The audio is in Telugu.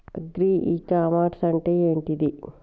అగ్రి ఇ కామర్స్ అంటే ఏంటిది?